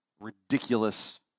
ridiculous